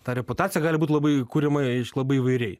ta reputacija gali būt labai kuriama reišk labai įvairiai